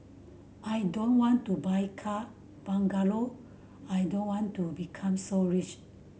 I don't want to buy car bungalow I don't want to become so rich